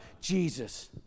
Jesus